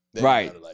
Right